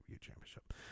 championship